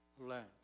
land